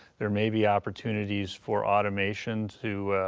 there may be opportunities for automation to